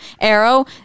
Arrow